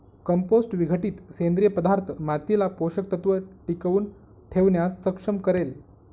compost विघटित सेंद्रिय पदार्थ मातीला पोषक तत्व टिकवून ठेवण्यास सक्षम करेल